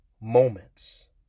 moments